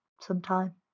sometime